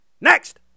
next